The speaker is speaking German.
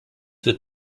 wird